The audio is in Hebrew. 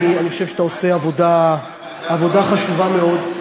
אני חושב שאתה עושה עבודה חשובה מאוד,